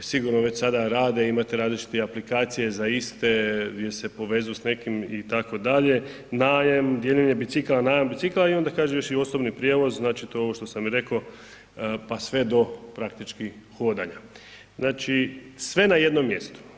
sigurno već sada rade, imate različitih aplikacija za iste gdje se povezuju s nekim itd., najam, dijeljenje bicikala, najam bicikala i onda kaže još i osobni prijevoz, znači to je ovo što sam i reko, pa sve do praktički hodanja, znači sve na jednom mjestu.